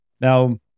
Now